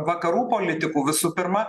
vakarų politikų visų pirma